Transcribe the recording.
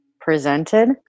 presented